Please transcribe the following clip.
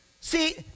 See